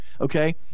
okay